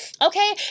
Okay